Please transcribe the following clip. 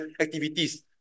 activities